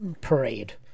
parade